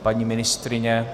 Paní ministryně?